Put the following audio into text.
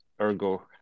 ergo